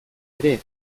ere